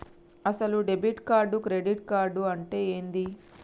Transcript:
అసలు debit card credit card అంటే ఏంది?